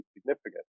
significant